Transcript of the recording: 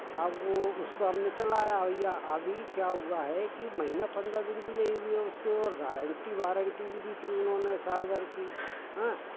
वो उसको हमने चलाया भैया अभी क्या हुआ है कि महीना पंद्रह दिन भी नहीं हुए उसके और गारंटी वारंटी भी दी थी उन्होंने साल भर की हाँ